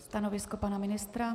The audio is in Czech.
Stanovisko pana ministra?